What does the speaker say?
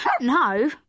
No